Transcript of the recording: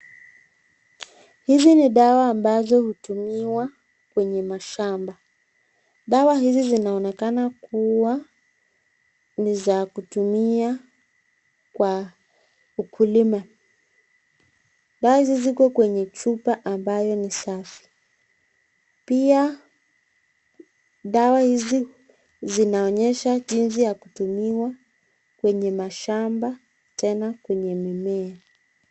Hizi ni dawa ambazo hutumiwa kwenye mashamba. Dawa hizi zinaonekana kuwa ni za kutumia kwa ukulima. Dawa hizi ziko kwenye chupa ambayo ni safi. Pia, dawa hizi zinaonyesha jinsi ya kutumiwa kwenye mashamba tena kwenye mimea.